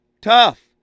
Tough